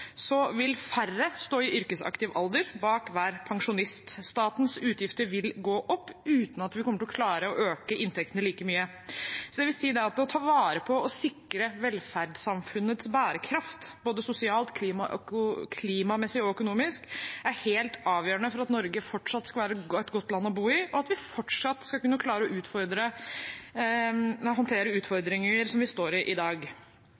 vil færre stå i yrkesaktiv alder bak hver pensjonist. Statens utgifter vil gå opp uten at vi kommer til å klare å øke inntektene like mye. Det vil si at det å ta vare på og sikre velferdssamfunnets bærekraft – både sosialt, klimamessig og økonomisk – er helt avgjørende for at Norge fortsatt skal være et godt land å bo i, og for at vi fortsatt skal kunne klare å håndtere utfordringer som vi i dag står i.